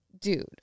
dude